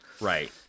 right